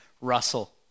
Russell